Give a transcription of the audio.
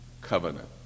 Covenant